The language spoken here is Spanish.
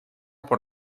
por